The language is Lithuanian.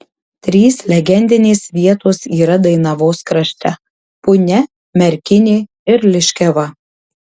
trys legendinės vietos yra dainavos krašte punia merkinė ir liškiava